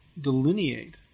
delineate